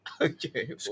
okay